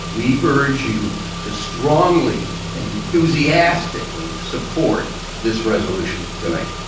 we urge you to strongly and enthusiastically support this resolution tonight.